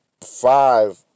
five